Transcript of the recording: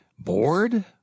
Bored